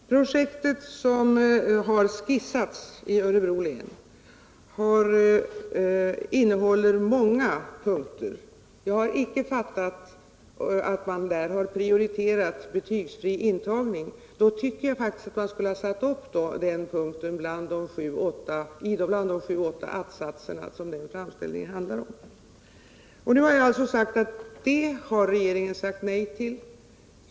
Herr talman! Projektet som har skissats i Örebro län innehåller många punkter. Jag har icke fattat att man där har prioriterat betygsfri intagning. Då tycker jag faktiskt att man borde ha satt upp den punkten bland de sju åtta attsatserna som den framställningen handlar om. Nu talar jag alltså om att regeringen har sagt nej till detta.